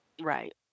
right